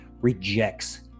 rejects